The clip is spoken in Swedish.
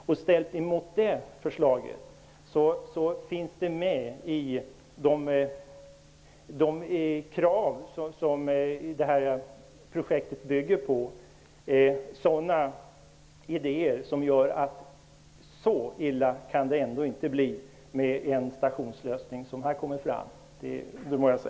Den stationslösning som nu blir aktuell kan i alla fall inte bli så illa med tanke på de krav som det här projektet bygger på.